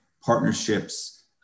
partnerships